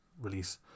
release